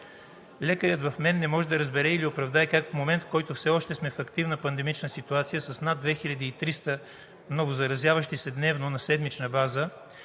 Лекарят в мен не може да разбере или оправдае как в момент, в който все още сме в активна пандемична ситуация с над 2300 новозаразяващи се дневно на седмична база